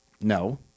No